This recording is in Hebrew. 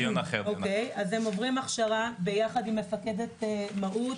הם עוברים הכשרה ביחד עם מפקדת מהו"ת,